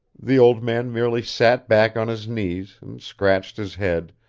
the old man merely sat back on his knees, and scratched his head,